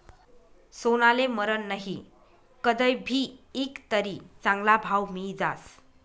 सोनाले मरन नही, कदय भी ईकं तरी चांगला भाव मियी जास